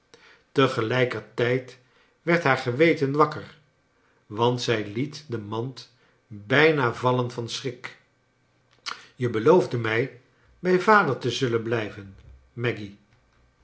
herkende tegelijkertijd werd haar geweten wakker want zij liet de mand bijna vallen van schrik je beloofde mij bij vader te zullen blijven maggy